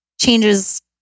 changes